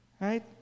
Right